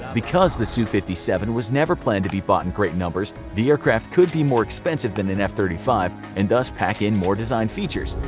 because the su fifty seven was never planned to be bought in great numbers, the aircraft could be more expensive than an f thirty five and thus pack more design features.